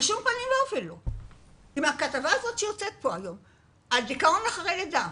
תסתכלו על הכתבה שתצא היום על דיכאון לאחר לידה.